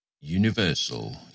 Universal